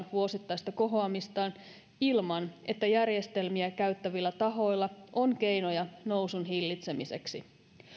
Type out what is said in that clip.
vuosittaista kohoamistaan ilman että järjestelmiä käyttävillä tahoilla on keinoja nousun hillitsemiseksi